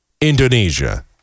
Indonesia